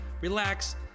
relax